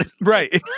Right